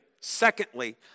Secondly